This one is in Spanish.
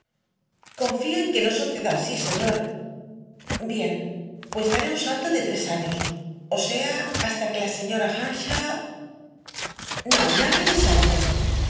confío en que no suceda así señor bien pues daré un salto de tres años o sea hasta que la señora earnshaw no nada de saltos